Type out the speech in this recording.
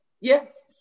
yes